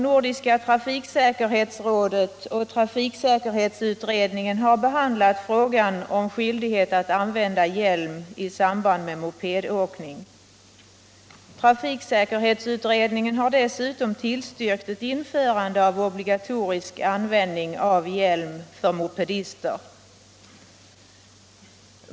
Nordiska trafiksäkerhetsrådet och trafiksäkerhetsutredningen har behandlat frågan om skyldighet att använda hjälm i samband med mopedåkning. Trafiksäkerhetsutredningen har dessutom tillstyrkt ett införande av obligatorisk användning av hjälm för mopedister.